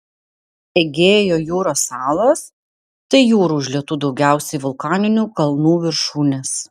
egėjo jūros salos tai jūrų užlietų daugiausiai vulkaninių kalnų viršūnės